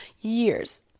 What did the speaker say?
years